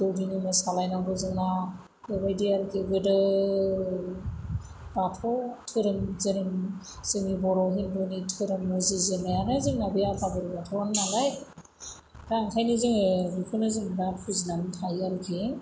दौदिनि मोसालायनांगौ जोंना बिबायदि आरोखि गोदो बाथौ धोरोम जोनोम जोंनि बर' हिन्दुनि धोरोम उजिजेननायानो जोंना बे आफा बोराय बाथौआनो नालाय दा ओंखायनो जोङो बिखौनो जों दा फुजिनानै थायो आरोखि